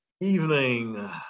evening